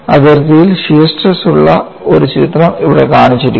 അതിർത്തിയിൽ shear stress ഉള്ള ഒരു ചിത്രം ഇവിടെ കാണിച്ചിരിക്കുന്നു